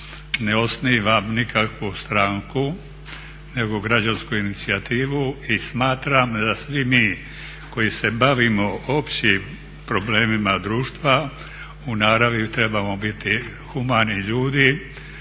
ne osnivam nikakvu stranku nego građansku inicijativu i smatram da svi mi koji se bavimo općim problemima društva u naravni trebamo biti humani ljudi,